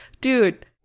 dude